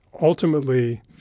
Ultimately